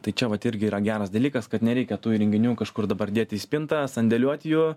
tai čia vat irgi yra geras dalykas kad nereikia tų įrenginių kažkur dabar dėti į spintą sandėliuoti jų